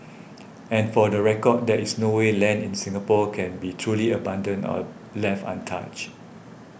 and for the record there is no way land in Singapore can be truly abandoned or left untouched